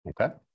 okay